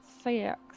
six